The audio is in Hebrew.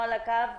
אנחנו נשמח.